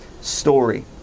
story